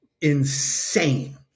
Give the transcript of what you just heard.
insane